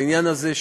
בעניין הזה,